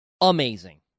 Amazing